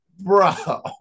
Bro